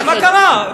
מה קרה?